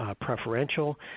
preferential